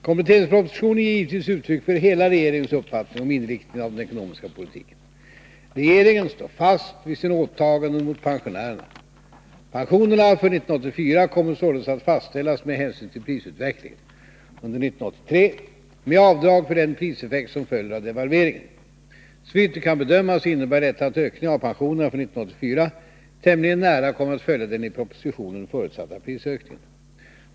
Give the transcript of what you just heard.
Kompletteringspropositionen ger givetvis uttryck för hela regeringens uppfattning om inriktningen av den ekonomiska politiken. Regeringen står fast vid sina åtaganden mot pensionärerna. Pensionerna för 1984 kommer således att fastställas med hänsyn till prisutvecklingen under 1983 med avdrag för den priseffekt som följer av devalveringen. Såvitt nu kan bedömas innebär detta att ökningen av pensionerna för 1984 tämligen nära kommer att följa den i propositionen förutsatta prisökningen.